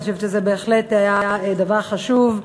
אני חושבת שזה בהחלט היה דבר חשוב.